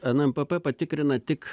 nmpp patikrina tik